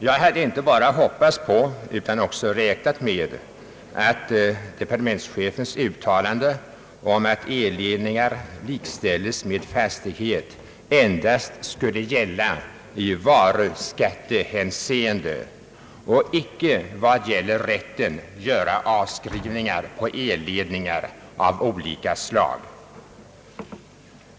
Jag hade inte bara hoppats på utan också räknat med att departementschefens uttalande om att elledningar likställes med fastighet endast skall gälla i varuskattehänseende och icke vad gäller rätt att göra avskrivningar på elledningar av olika slag.